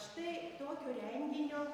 štai tokio renginio